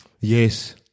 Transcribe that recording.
Yes